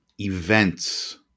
events